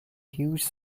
huge